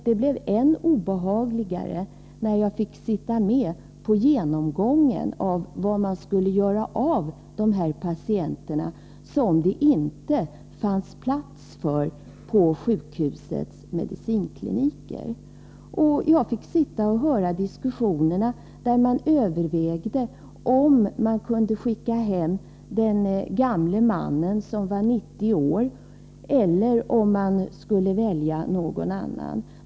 Det blev än obehagligare när jag fick vara med vid den genomgång man gjorde för att bestämma vad man skulle göra med de patienter som det inte fanns plats för på sjukhusets medicinkliniker. Jag satt där och hörde på hur man i diskussionen övervägde om man skulle kunna skicka hem en gammal man som var 90 år eller om man skulle välja någon annan.